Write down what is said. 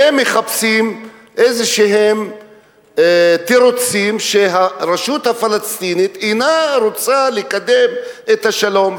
והם מחפשים איזשהם תירוצים שהרשות הפלסטינית אינה רוצה לקדם את השלום,